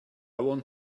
want